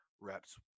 reps